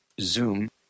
Zoom